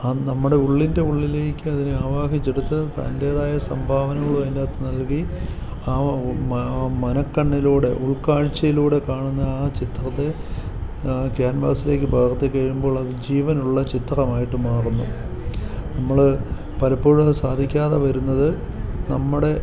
അത് നമ്മുടെ ഉള്ളിൻ്റെയുള്ളിലേക്കതിനെ ആവാഹിച്ചെടുത്ത് തന്റേതായ സംഭാവനകളും അതിന്റെയകത്തു നൽകി ആ മനക്കണ്ണിലൂടെ ഉൾക്കാഴ്ച്ചയിലൂടടെ കാണുന്ന ആ ചിത്രത്തെ ക്യാൻവാസിലേക്ക് പകർത്തിക്കഴിയുമ്പോൾ അത് ജീവനുള്ള ചിത്രമായിട്ട് മാറുന്നു നമ്മള് പലപ്പോഴും അത് സാധിക്കാതെ വരുന്നത് നമ്മുടെ